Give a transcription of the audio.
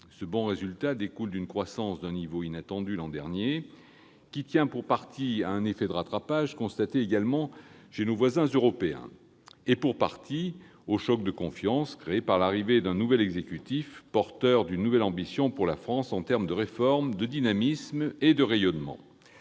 Ce bon résultat découle d'une croissance d'un niveau inattendu l'an dernier, qui tient pour partie à un effet de rattrapage, constaté également chez nos voisins européens, et pour partie au choc de confiance suscité par l'arrivée d'un nouvel exécutif, porteur d'une nouvelle ambition pour la France du point de vue des réformes, du dynamisme et du rayonnement.